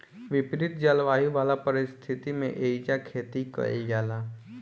विपरित जलवायु वाला परिस्थिति में एइजा खेती कईल जाला